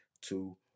two